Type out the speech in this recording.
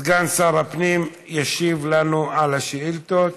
סגן שר הפנים ישיב לנו על השאילתות.